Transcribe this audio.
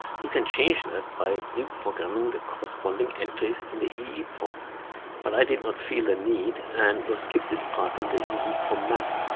you can change that by reprogramming the corresponding entries in the eeprom but i did not feel the need and will skip this part of the eeprom map.